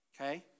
Okay